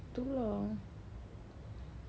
tu lah